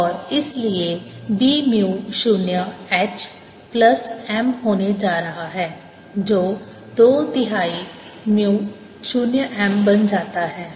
और इसलिए B mu 0 H plus M होने जा रहा है जो दो तिहाई म्यू 0 M बन जाता है